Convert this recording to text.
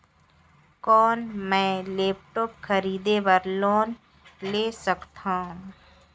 कौन मैं लेपटॉप खरीदे बर लोन ले सकथव?